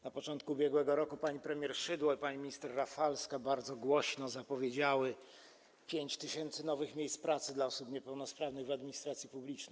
Na początku ubiegłego roku pani premier Szydło i pani minister Rafalska bardzo głośno zapowiedziały 5 tys. nowych miejsc pracy dla osób niepełnosprawnych w administracji publicznej.